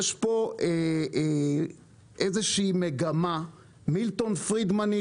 יש פה איזושהי מגמה 'מילטון-פרידמנית',